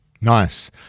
Nice